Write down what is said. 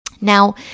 Now